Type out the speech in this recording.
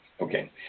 Okay